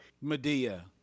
Medea